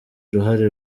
uruhare